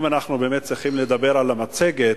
אם אנחנו באמת צריכים לדבר על המצגת